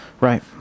Right